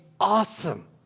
awesome